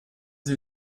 sie